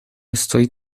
estoy